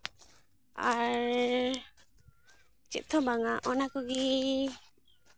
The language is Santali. ᱟᱨ ᱪᱮᱫ ᱛᱮᱦᱚᱸ ᱵᱟᱝᱼᱟ ᱚᱱᱟ ᱠᱚᱜᱮ